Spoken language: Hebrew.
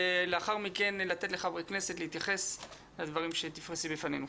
לאחר מכן ניתן לחברי הכנסת להתייחס לדברים שתפרסי בפנינו.